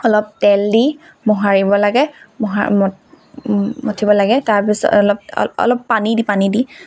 অলপ তেল দি মোহাৰিব লাগে মোহা মঠিব লাগে তাৰপিছত অলপ অলপ পানী দি পানী দি